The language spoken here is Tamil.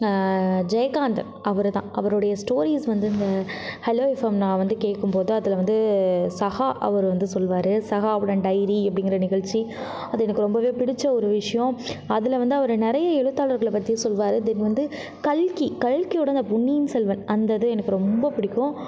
ஜெயகாந்தன் அவருதான் அவருடைய ஸ்டோரீஸ் வந்து இந்த ஹலோ எப்ஃஎம் நான் வந்து கேட்கும்போது அதில் வந்து சகா அவர் சொல்வார் சகாவுடன் டைரி அப்படிங்கிற நிகழ்ச்சி அது எனக்கு ரொம்பவே பிடிச்ச ஒரு விஷ்யம் அதில் வந்து அவர் நிறைய எழுத்தாளர்களைப் பற்றி சொல்வார் தென் வந்து கல்கி கல்கியோட அந்த பொன்னியன் செல்வன் அந்த இது எனக்கு ரொம்ப பிடிக்கும்